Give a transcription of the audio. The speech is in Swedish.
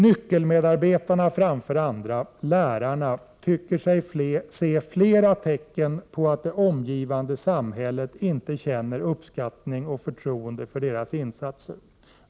—- Nyckelmedarbetarna framför andra, lärarna, tycker sig se flera tecken på att det omgivande samhället inte uppskattar och känner förtroende för deras insatser.